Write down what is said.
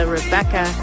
rebecca